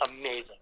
amazing